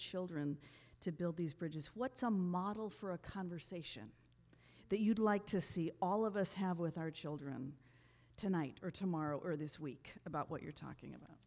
children to build these bridges what's a model for a conversation that you'd like to see all of us have with our children tonight or tomorrow or this week about what you're talking about